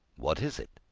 what is it?